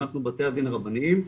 אנחנו בתי הדין הרבניים.